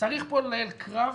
צריך לנהל פה קרב.